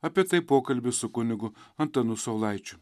apie tai pokalbis su kunigu antanu saulaičiu